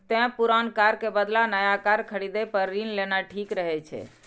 तें पुरान कार के बदला नया कार खरीदै पर ऋण लेना ठीक रहै छै